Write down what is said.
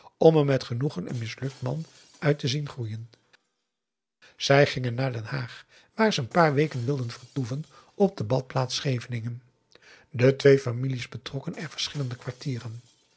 om er met genoegen een mislukt man uit te zien groeien zij gingen naar den haag waar ze een paar weken wilden vertoeven op de badplaats scheveningen de twee families betrokken er verschillende kwartieren